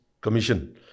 Commission